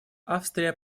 австрия